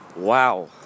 Wow